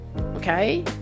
okay